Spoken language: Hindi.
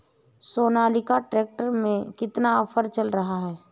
सोनालिका ट्रैक्टर में कितना ऑफर चल रहा है?